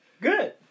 good